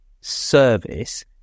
service